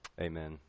Amen